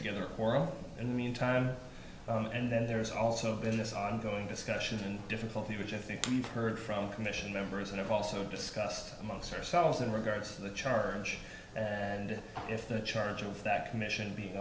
together world in the meantime and then there's also been this ongoing discussion difficulty which i think you've heard from commission members and have also discussed amongst ourselves in regards to the charge and if the charge of that commission being